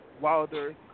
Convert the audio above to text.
Wilder